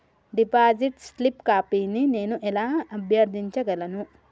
Deposit slip కాపీని నేను ఎలా అభ్యర్థించగలను?